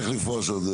זאת הזדמנות,